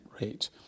rate